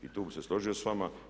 I tu bih se složio s vama.